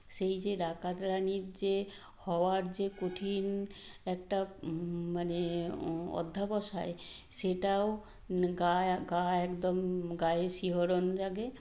সেই যে ডাকাত রানীর যে হওয়ার যে কঠিন একটা মানে অধ্যাবসায় সেটাও গায়া গায় একদম গায়ে শিহরণ জাগে